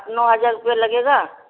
नौ हज़ार रुपया लगेगा